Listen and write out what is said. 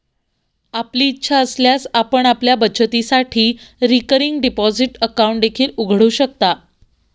आपली इच्छा असल्यास आपण आपल्या बचतीसाठी रिकरिंग डिपॉझिट अकाउंट देखील उघडू शकता